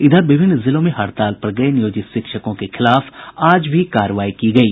इधर विभन्न जिलों में हड़ताल पर गये नियोजित शिक्षकों के खिलाफ आज भी कार्रवाई की गयी